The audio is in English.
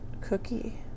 cookie